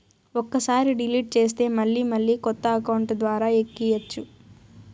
ఒక్కసారి డిలీట్ చేస్తే మళ్ళీ కొత్త అకౌంట్ ద్వారా ఎక్కియ్యచ్చు